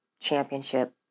championship